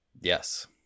yes